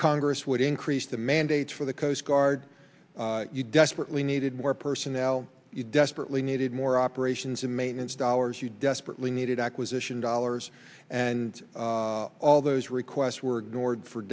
congress would increase the mandate for the coast guard you desperately needed more personnel you desperately needed more operations and maintenance dollars you desperately needed acquisition dollars and all those requests were nor for